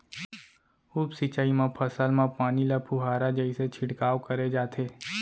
उप सिंचई म फसल म पानी ल फुहारा जइसे छिड़काव करे जाथे